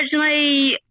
Originally